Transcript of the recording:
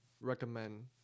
recommend